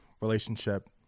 relationship